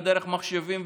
מחשבים,